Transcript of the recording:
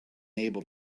able